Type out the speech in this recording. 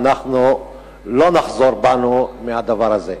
ואנחנו לא נחזור בנו מהדבר הזה.